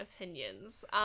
opinions